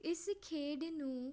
ਇਸ ਖੇਡ ਨੂੰ